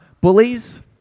Bullies